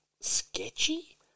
sketchy